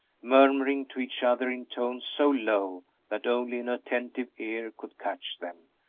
murmuring to each other in tones so low that only an attentive ear could catch them,